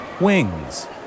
wings